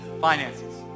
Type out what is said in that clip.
finances